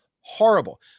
horrible